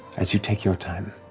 as you take your time,